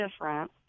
different